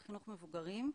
ומיומן.